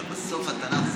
אבל בסוף התנ"ך זה,